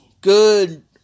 Good